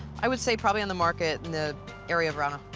i would say probably on the market the area of around.